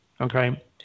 okay